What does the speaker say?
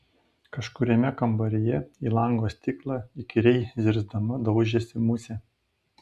kažkuriame kambaryje į lango stiklą įkyriai zirzdama daužėsi musė